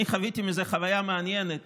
אני חוויתי מזה חוויה מעניינת